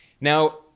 Now